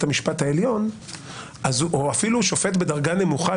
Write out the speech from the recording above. המשפט העליון או אפילו שופט בדרגה נמוכה,